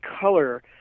color